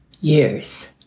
years